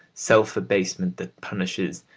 self abasement that punishes,